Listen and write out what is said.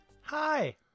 Hi